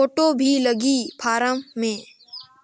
Photo भी लगी form मे?